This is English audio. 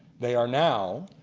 they are now,